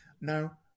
Now